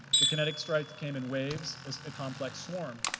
the kinetic strikes came in waves as a complex swarm.